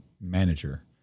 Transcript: manager